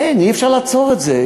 אין, אי-אפשר לעצור את זה.